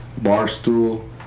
Barstool